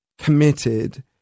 committed